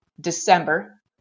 December